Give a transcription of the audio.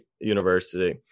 university